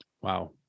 Wow